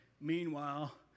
Meanwhile